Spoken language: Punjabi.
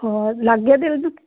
ਹੋਰ ਲੱਗ ਗਿਆ ਦਿਲ ਦੁਲ